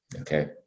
Okay